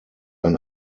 ein